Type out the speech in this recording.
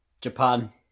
Japan